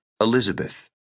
Elizabeth